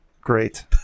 Great